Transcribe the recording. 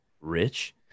Rich